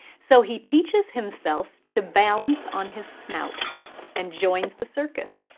so he teaches himself to balance on his snout and joins the circus.